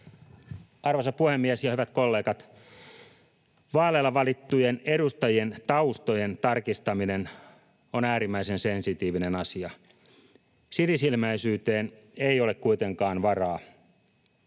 Arvoisa puhemies ja hyvät kollegat! Vaaleilla valittujen edustajien taustojen tarkistaminen on äärimmäisen sensitiivinen asia. Sinisilmäisyyteen ei ole kuitenkaan varaa.